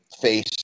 face